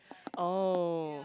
oh